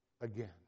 Again